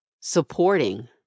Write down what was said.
supporting